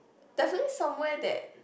definitely somewhere that